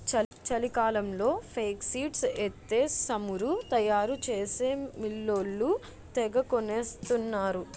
చలికాలంలో ఫేక్సీడ్స్ ఎత్తే సమురు తయారు చేసే మిల్లోళ్ళు తెగకొనేత్తరు